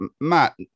Matt